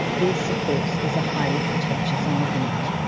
this of course is a highly contentious argument,